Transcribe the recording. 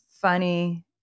funny